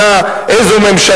להם.